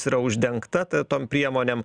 tai yra uždengta ta tom priemonėm